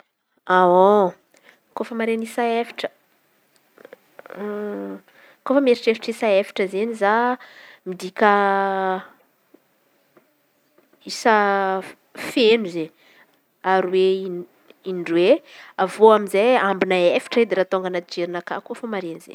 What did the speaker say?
Kôfa mare ny isa efatra. Kô mieritreritry isa efatra izen̈y za midika isa feno zay aroy e in-droe avy eo amizay ambina efatry edy tônga anaty jerinakà koa kôfa maren̈y zey.